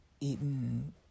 eaten